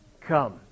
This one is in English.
come